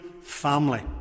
family